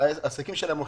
והעסקים שלהם הולכים.